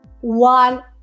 one